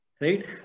right